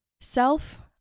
self